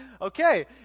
okay